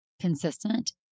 consistent